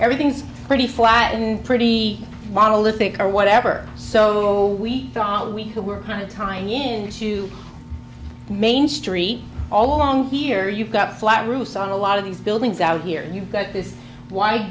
everything's pretty flat and pretty monolithic or whatever so we thought we were kind of tying in to main street all along here you've got flat roofs on a lot of these buildings out here and you've got this wide